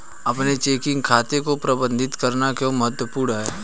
अपने चेकिंग खाते को प्रबंधित करना क्यों महत्वपूर्ण है?